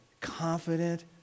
confident